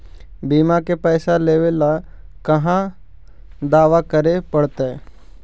बिमा के पैसा लेबे ल कहा दावा करे पड़तै?